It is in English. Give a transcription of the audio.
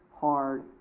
hard